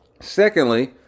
Secondly